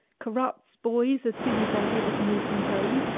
corrupts boys as soon as they are able to move from home,